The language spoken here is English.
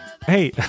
Hey